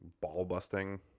ball-busting